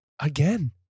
again